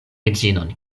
edzinon